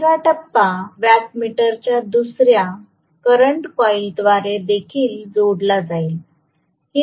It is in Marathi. तिसरा टप्पा वॅट मीटरच्या दुसऱ्या करंट कॉईलद्वारे देखील जोडला जाईल